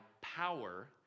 power